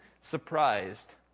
surprised